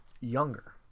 younger